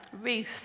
Ruth